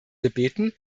gebeten